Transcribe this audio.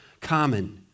common